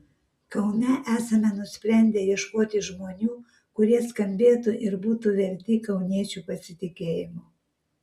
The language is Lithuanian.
kaune esame nusprendę ieškoti žmonių kurie skambėtų ir būtų verti kauniečių pasitikėjimo